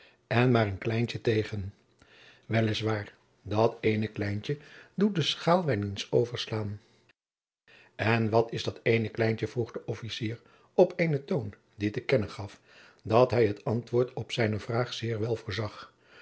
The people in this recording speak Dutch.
en maôr ien kleintje tegen wel is waôr dat iene kleintje doet de schaol wel iens over slaon en wat is dat eene kleintje vroeg de officier op eenen toon die te kennen gaf dat hij het antwoord op zijne vraag zeer wel voorzag